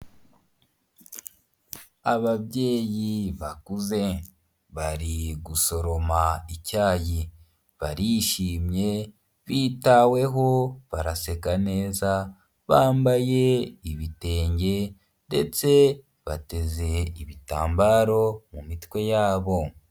Ababyeyi bakuze, bari gusoroma icyayi, barishimye, bitaweho baraseka neza, bambaye ibitenge, ndetse bateze ibitambaro, mumitwe yabo.